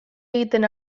egiten